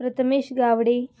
Prathamesh Gawade